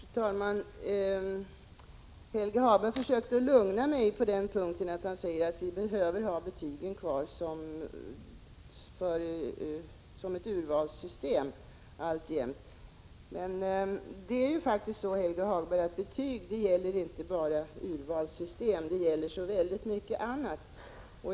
Fru talman! Helge Hagberg försökte lugna mig genom att säga att vi alltjämt behöver ha betygen kvar som ett urvalsinstrument. Men, Helge Hagberg, frågan gäller faktiskt inte bara betygen som ett urvalssystem. Det gäller så väldigt mycket annat.